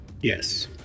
Yes